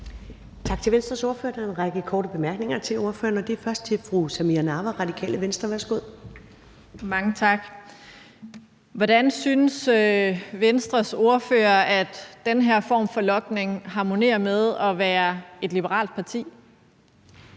Tak til Venstres ordfører. Der er en række korte bemærkninger til ordføreren, og det er først fra fru Samira Nawa, Radikale Venstre. Værsgo. Kl. 15:00 Samira Nawa (RV): Mange tak. Hvordan synes Venstres ordfører at den her form for logning harmonerer med at være et liberalt parti?